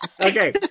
Okay